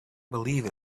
believe